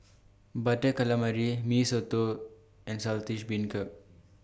Butter Calamari Mee Soto and Saltish Beancurd